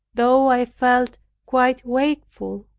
though i felt quite wakeful,